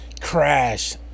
Crash